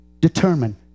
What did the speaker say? determine